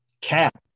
cap